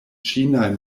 ĉinaj